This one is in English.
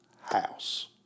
house